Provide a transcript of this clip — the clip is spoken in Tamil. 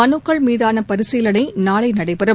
மனுக்கள் மீதான பரீசிலனை நாளை நடைபெறும்